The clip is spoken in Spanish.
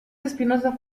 espinosa